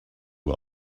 who